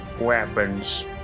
weapons